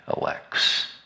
elects